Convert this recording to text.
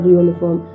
uniform